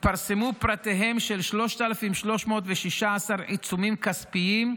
התפרסמו פרטיהם של 3,316 עיצומים כספיים,